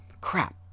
crap